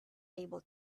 able